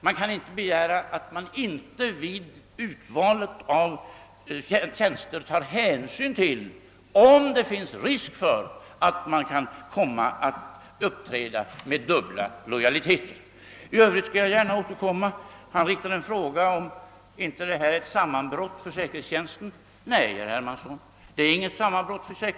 Man kan inte begära att, vid tillsättandet av tjänster, hänsyn inte tas till huruvida det finns risk för att en person kan komma att uppträda med dubbla lojaliteter. Herr Hermansson ställde en fråga huruvida detta inte innebär ett sammanbrott för säkerhetstjänsten. Nej, herr Hermansson, det är det inte.